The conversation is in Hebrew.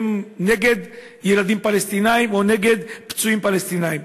הם נגד ילדים פלסטינים או נגד פצועים פלסטינים.